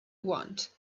want